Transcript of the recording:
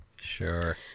Sure